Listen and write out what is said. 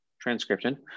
transcription